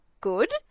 good